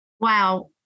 Wow